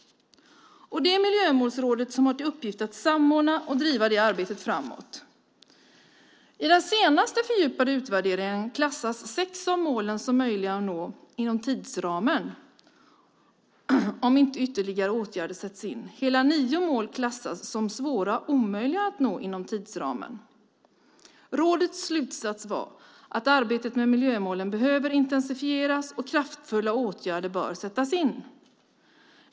Det är Miljömålsrådet som har till uppgift att samordna och driva det arbetet framåt. I den senaste fördjupade utvärderingen klassas sex av målen som möjliga att nå inom tidsramen, om inte ytterligare åtgärder sätts in. Hela nio mål klassas som svåra eller omöjliga att nå inom tidsramen. Rådets slutsats var att arbetet med miljömålen behöver intensifieras och att kraftfulla åtgärder bör sättas in.